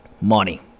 Money